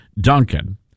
Duncan